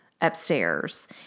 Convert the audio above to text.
upstairs